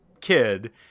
kid